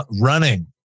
Running